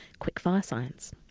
quickfirescience